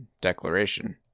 declaration